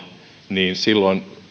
niin silloin